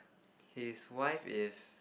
his wife is